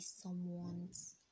someone's